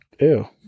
Ew